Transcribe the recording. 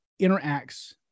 interacts